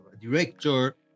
director